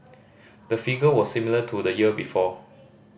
the figure was similar to the year before